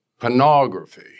Pornography